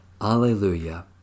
Alleluia